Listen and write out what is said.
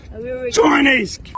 Chinese